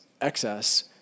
excess